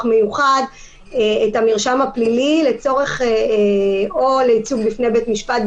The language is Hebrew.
מיוחד את המרשם הפלילי לצורך ייצוג בפני בית משפט,